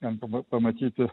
ten pa ba pamatyti